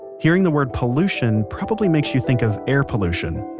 hearing the word pollution probably makes you think of air pollution,